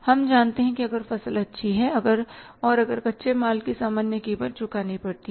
हम जानते हैं कि अगर फसल अच्छी है और अगर कच्चे माल की सामान्य कीमत चुकानी पड़ती है